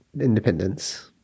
Independence